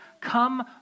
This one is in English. come